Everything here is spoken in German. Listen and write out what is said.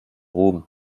ruhm